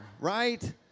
right